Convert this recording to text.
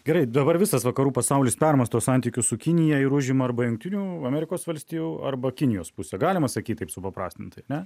gerai dabar visas vakarų pasaulis permąsto santykius su kinija ir užima arba jungtinių amerikos valstijų arba kinijos pusę galima sakyti taip supaprastintai ne